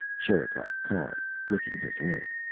sherikov paused, licking his lip.